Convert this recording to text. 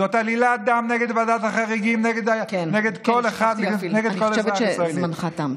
זאת עלילת דם נגד ועדת החריגים ונגד כל אזרח ישראלי.